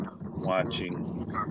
watching